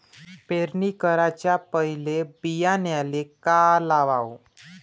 पेरणी कराच्या पयले बियान्याले का लावाव?